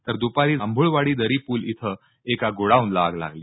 तर दुपारी जांभुळ वाडी दरी पुल इथे एका गोडाऊन ला आग लागली